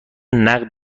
نقد